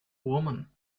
woman